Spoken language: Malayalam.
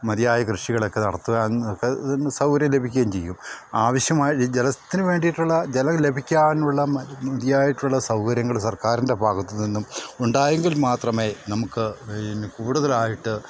മതിയായ കൃഷികളൊക്കെ നടത്തുവാനും ഒക്കെ പിന്നെ സൗകര്യം ലഭിക്കുകയും ചെയ്യും ആവശ്യമായ ജലത്തിന് വേണ്ടിയിട്ടുള്ള ജലം ലഭിക്കാനുള്ള മതിയായിട്ടുള്ള സൗകര്യങ്ങൾ സർക്കാരിൻ്റെ ഭാഗത്ത് നിന്നും ഉണ്ടായെങ്കിൽ മാത്രമേ നമുക്ക് പിന്നെ കൂടുതലായിട്ട്